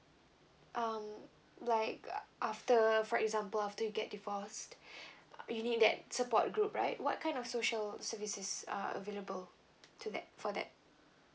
um like after for example after you get divorced uh you need that support group right what kind of social services are available to that for that